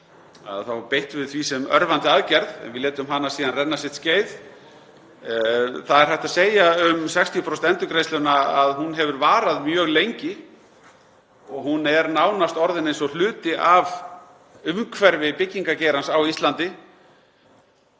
þá beittum við því sem örvandi aðgerð. Við létum hana síðan renna sitt skeið. Það er hægt að segja um 60% endurgreiðsluna að hún hefur varað mjög lengi. Hún er nánast orðin eins og hluti af umhverfi byggingargeirans á Íslandi